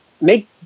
make